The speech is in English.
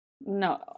No